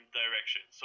direction